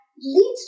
leads